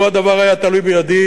לו הדבר היה תלוי בידי,